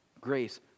grace